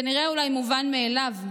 זה נראה אולי מובן מאליו,